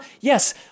Yes